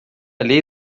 lei